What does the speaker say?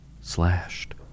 slashed